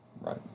right